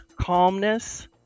calmness